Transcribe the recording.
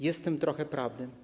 Jest w tym trochę prawdy.